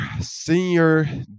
senior